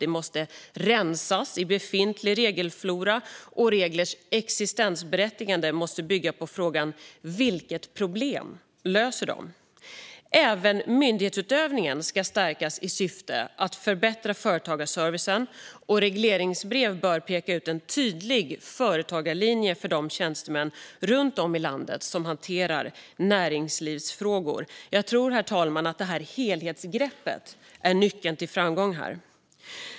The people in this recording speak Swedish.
Det måste rensas i befintlig regelflora, och reglers existensberättigande måste bygga på frågan vilket problem de löser. Myndighetsutövningen ska stärkas i syfte att förbättra företagarservicen, och regleringsbrev bör peka ut en tydlig företagarlinje för de tjänstemän runt om i landet som hanterar näringslivsfrågor. Jag tror, herr talman, att det här helhetsgreppet är nyckeln till framgång.